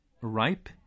ripe